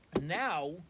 Now